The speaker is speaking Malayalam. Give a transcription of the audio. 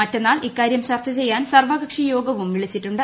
മറ്റന്നാൾ ഇക്കാര്യം ചർച്ച ചെയ്യാൻ സർവകക്ഷിയോഗവും വിളിച്ചിട്ടുണ്ട്